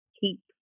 keep